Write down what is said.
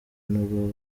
n’uruhu